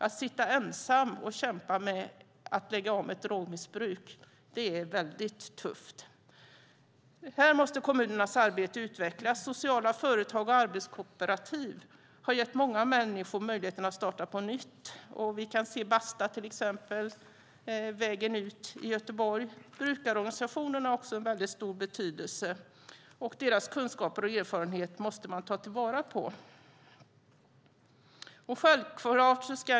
Att sitta ensam och kämpa för att lägga av med ett drogmissbruk är väldigt tufft. Här måste kommunernas arbete utvecklas. Sociala företag och arbetskooperativ har gett många människor möjlighet att starta på nytt. Basta och Vägen ut i Göteborg är exempel detta. Brukarorganisationerna har också en mycket stor betydelse, och deras kunskaper och erfarenheter måste tas till vara.